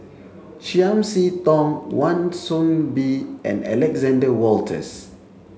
Chiam See Tong Wan Soon Bee and Alexander Wolters